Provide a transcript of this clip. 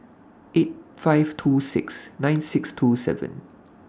eight five two six nine six two seven